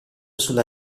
sulla